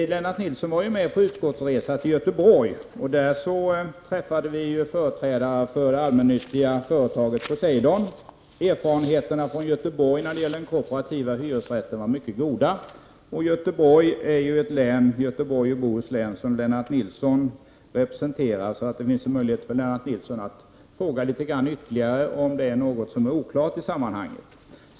Lennart Nilsson var med på utskottsresan till Göteborg, där vi träffade företrädare för det allmännyttiga bostadsföretaget Poseidon. Erfarenheterna i Göteborg av de kooperativa hyresrätterna var mycket goda. Lennart Nilsson representerar ju Göteborgs och Bohus län, och han har därför möjlighet att ställa ytterligare frågor om det var något som var oklart i sammanhanget.